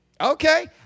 Okay